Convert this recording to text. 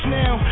now